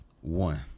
One